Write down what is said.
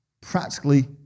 practically